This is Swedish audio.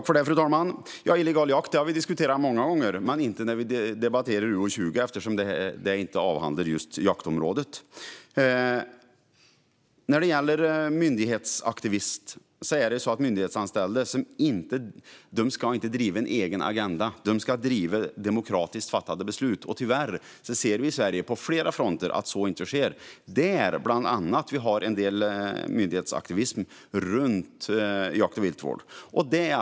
Fru talman! Illegal jakt har vi diskuterat många gånger, men inte när vi debatterar utgiftsområde 20 eftersom det inte avhandlar just jakt. Sedan var det frågan om myndighetsaktivister. Myndighetsanställda ska inte driva egna agendor. De ska driva demokratiskt fattade beslut. Tyvärr ser vi på flera fronter i Sverige att så inte sker. Bland annat finns en del myndighetsaktivism runt området jakt och viltvård.